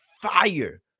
fire